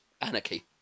Anarchy